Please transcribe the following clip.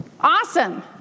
Awesome